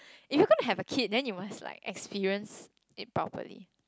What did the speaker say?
if you're going to have a kid then you must like experience it properly